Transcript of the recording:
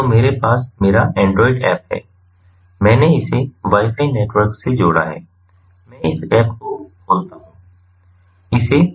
तो मेरे पास मेरा एंड्रॉइड ऐप है मैंने इसे वाई फाई नेटवर्क से जोड़ा है मैं इस ऐप को खोलता हूं इसे I RAID नाम दिया है